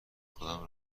خودم